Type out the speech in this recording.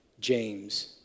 James